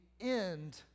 end